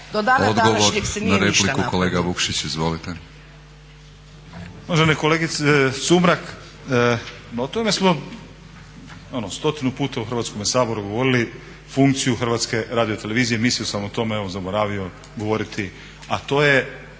Odgovor na repliku, kolegice Sumrak izvolite.